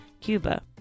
Cuba